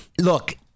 Look